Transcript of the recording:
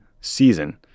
season